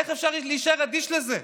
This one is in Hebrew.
איך אפשר להישאר אדיש לזה?